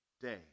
day